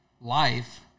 life